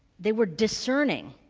they were discerning.